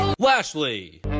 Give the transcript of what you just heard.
Lashley